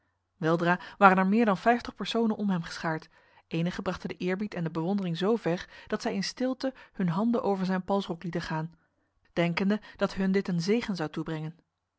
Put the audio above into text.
weldra waren er meer dan vijftig personen om hem geschaard enige brachten de eerbied en de bewondering zo ver dat zij in stilte hun handen over zijn palsrok lieten gaan denkende dat hun dit een zegen zou toebrengen